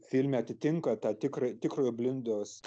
filme atitinka tą tikrą tikrojo blindos